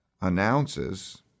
announces